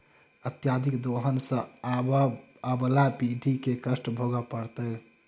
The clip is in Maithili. अत्यधिक दोहन सँ आबअबला पीढ़ी के कष्ट भोगय पड़तै